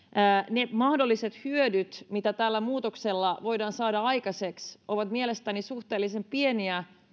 ne mahdolliset hyödyt mitä tällä muutoksella voidaan saada aikaiseksi ovat mielestäni suhteellisen pieniä